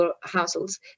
households